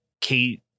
kate